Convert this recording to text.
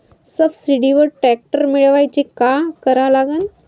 सबसिडीवर ट्रॅक्टर मिळवायले का करा लागन?